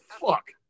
fuck